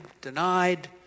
denied